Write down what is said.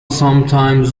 sometimes